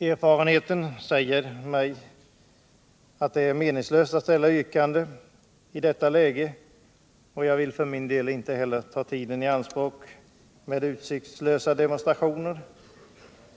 Erfarenheten säger mig att det är meningslöst att ställa yrkande i detta läge, och jag vill inte heller ta tiden i anspråk med utsiktslösa demonstrationer.